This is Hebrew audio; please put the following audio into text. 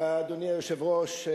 אדוני היושב-ראש,